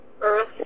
Earth